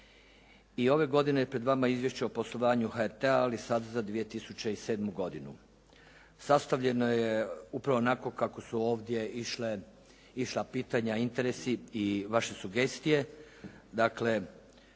I ove godine je pred vama izvješće o poslovanju HRT-a, ali sad za 2007. godinu. Sastavljeno je u pravo onako kako su ovdje išla pitanja, interesi i vaše sugestije, dakle